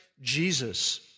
Jesus